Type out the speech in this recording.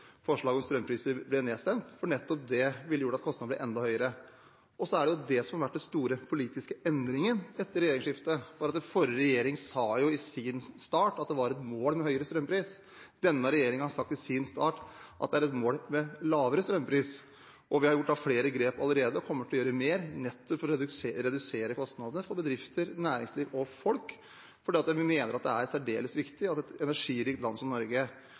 om strømpriser ble nedstemt, for nettopp det ville gjort at kostnadene ville blitt enda høyere. Det som har vært den store politiske endringen etter regjeringsskiftet, er at den forrige regjeringen sa i starten av sin regjeringstid at de hadde et mål om høyere strømpris. Denne regjeringen har i starten av sin regjeringstid sagt at man har et mål om lavere strømpris. Vi har gjort flere grep allerede og kommer til å gjøre mer, nettopp for å redusere kostnadene for bedrifter, næringsliv og folk, for vi mener at det er særdeles viktig at et energirikt land som Norge